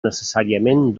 necessàriament